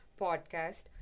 podcast